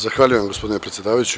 Zahvaljujem, gospodine predsedavajući.